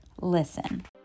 listen